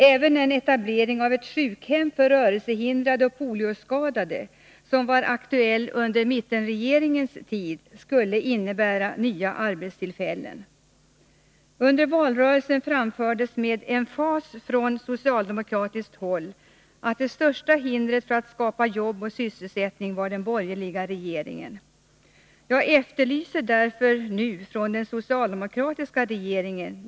Även en etablering av ett sjukhem för rörelsehindrade och polioskadade, som var aktuell under mittenregeringens tid, skulle innebära nya arbetstillfällen. Under valrörelsen framfördes med emfas från socialdemokratiskt håll åsikten, att det största hindret för att skapa sysselsättning var den borgerliga regeringen. Jag efterlyser därför nu de nya greppen från den socialdemokratiska regeringen.